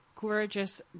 gorgeous